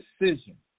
decision